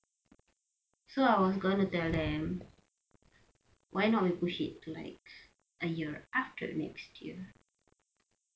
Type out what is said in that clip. so I was going to tell them why not we push it to like a year after next year